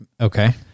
Okay